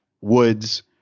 woods